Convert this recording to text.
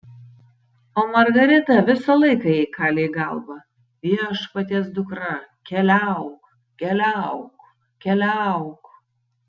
o margarita visą laiką jai kalė į galvą viešpaties dukra keliauk keliauk keliauk